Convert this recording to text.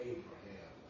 Abraham